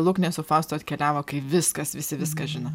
luknė su faustu atkeliavo kai viskas visi viską žino